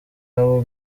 abo